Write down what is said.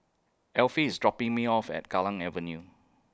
Affie IS dropping Me off At Kallang Avenue